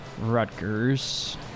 Rutgers